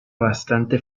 bastante